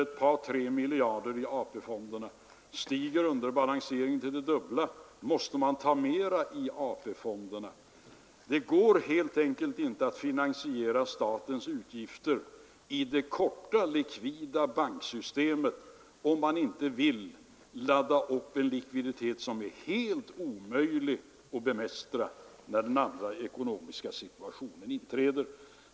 Ett par tre miljarder kronor fick tas ur dessa. Stiger underbalanseringen till det dubbla måste man ta ännu mer ur AP-fonderna. Det går helt enkelt inte att finansiera statens utgifter i det korta banksystemet om man inte vill ladda upp en likviditet som är helt omöjlig att bemästra när den andra ekonomiska situationen inträder.